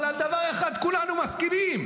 אבל על דבר אחד כולנו מסכימים: